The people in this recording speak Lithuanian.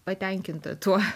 patenkinta tuo